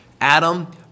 Adam